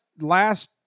last